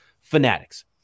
fanatics